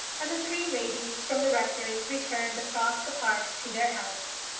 and the three ladies from the rectory returned across the park to their house.